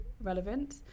relevant